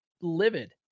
livid